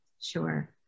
Sure